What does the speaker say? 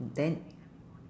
mm then